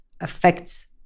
affects